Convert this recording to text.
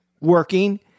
working